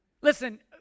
Listen